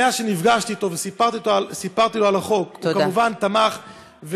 שמאז שנפגשתי אתו וסיפרתי לו על החוק הוא כמובן תמך,